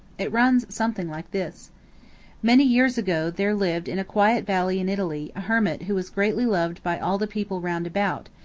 it runs something like this many years ago there lived in a quiet valley in italy a hermit who was greatly loved by all the people round about,